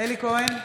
אלי כהן,